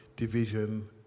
division